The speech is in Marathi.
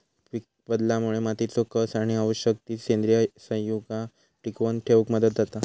पीकबदलामुळे मातीचो कस आणि आवश्यक ती सेंद्रिय संयुगा टिकवन ठेवक मदत जाता